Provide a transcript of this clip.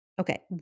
okay